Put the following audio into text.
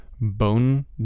bone